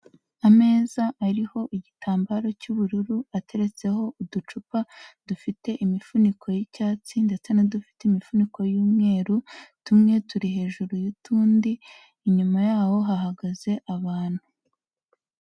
Ameza ariho igitambaro cy'ubururu ateretseho uducupa dufite imifuniko y'icyatsi ndetse n'udufite imifuniko y'umweru, tumwe turi hejuru y'utundi, inyuma yaho hahagaze abantu.